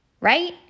Right